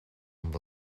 amb